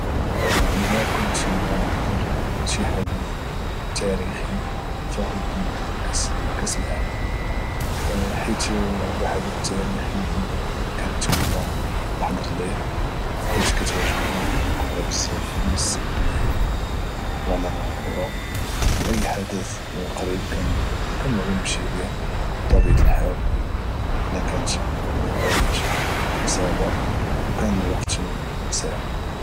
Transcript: الى كنت غنحضر لشي حدث تاريخي فغيكون هو كاس العالم حيت هو حدث تاريخي ديما كنتمنى نحضر له حيت كتعجبني كرة بزاف من الصغر ديالي وانا مع كورة واي حدث قريب كنغي نمشي له بطبيعة الحال الى كانت الماديات مساعدة وكان الوقت مساعد